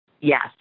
Yes